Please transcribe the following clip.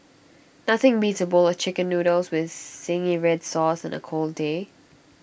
nothing beats A bowl of Chicken Noodles with Zingy Red Sauce on A cold day